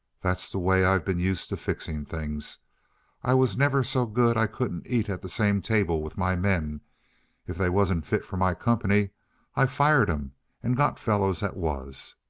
that's the way i've been used to fixing things i was never so good i couldn't eat at the same table with my men if they wasn't fit for my company i fired em and got fellows that was.